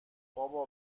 بابا